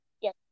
Yes